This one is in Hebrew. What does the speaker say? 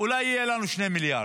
אולי יהיו לנו 2 מיליארד,